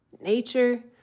nature